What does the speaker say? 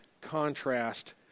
contrast